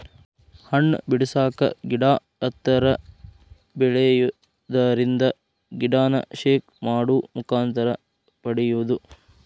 ಹಣ್ಣ ಬಿಡಸಾಕ ಗಿಡಾ ಎತ್ತರ ಬೆಳಿಯುದರಿಂದ ಗಿಡಾನ ಶೇಕ್ ಮಾಡು ಮುಖಾಂತರ ಪಡಿಯುದು